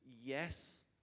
Yes